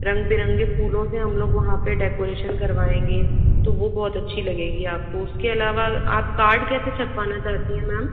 रंग बिरंगे फूलों से हम लोग वहाँ पर डेकोरेशन करवाएंगे तो वो बहुत अच्छी लगेगी आपको उसके अलावा आप कार्ड कैसे छपवाना चाहती हैं मैम